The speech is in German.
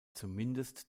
zumindest